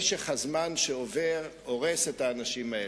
משך הזמן שעובר הורס את האנשים האלה,